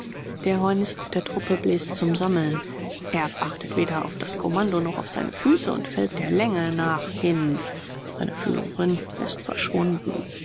der hornist der truppe bläst zum sammeln erb achtet weder auf das kommando noch auf seine füße und fällt der länge nach hin seine führerin ist verschwunden